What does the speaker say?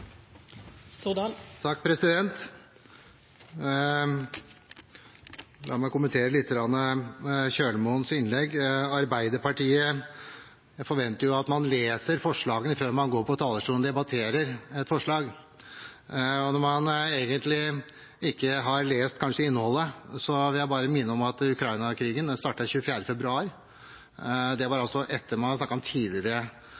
La meg kommentere representanten Kjølmoens innlegg lite grann. Jeg forventer jo at man leser forslagene før man går på talerstolen og debatterer dem. Når man egentlig kanskje ikke har lest innholdet, vil jeg bare minne om at Ukraina-krigen startet den 24. februar, det var